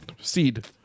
seed